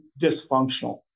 dysfunctional